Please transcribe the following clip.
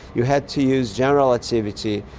you had to use general relativity,